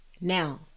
Now